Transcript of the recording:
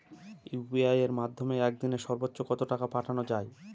UPI এর মাধ্যমে এক দিনে সর্বচ্চ কত টাকা পাঠানো যায়?